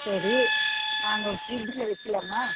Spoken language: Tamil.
சரி நாங்கள் ஃப்ரிட்ஜில் வைக்கலாமா